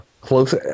close